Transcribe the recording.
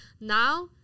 Now